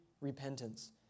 repentance